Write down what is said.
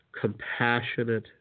Compassionate